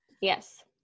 Yes